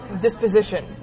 disposition